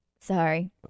Sorry